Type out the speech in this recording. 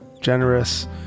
generous